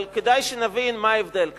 אבל כדאי שנבין מה ההבדל כאן.